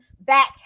back